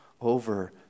over